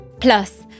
Plus